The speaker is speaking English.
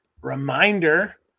reminder